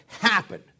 happen